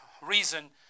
reason